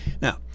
Now